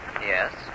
Yes